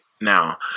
Now